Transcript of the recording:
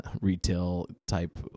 retail-type